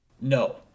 No